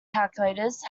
calculators